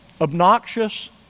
obnoxious